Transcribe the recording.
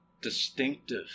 distinctive